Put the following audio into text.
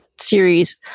series